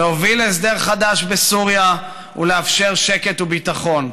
להוביל להסדר חדש בסוריה ולאפשר שקט וביטחון.